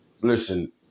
Listen